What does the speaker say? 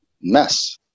mess